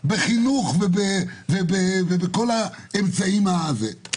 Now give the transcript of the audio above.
כי זה פעולה הוליסטית לטפל באורח חיים